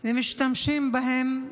ומשתמשים בהם,